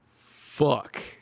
fuck